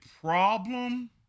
problem